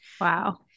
Wow